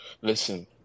Listen